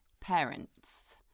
parents